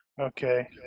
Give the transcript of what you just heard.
okay